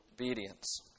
obedience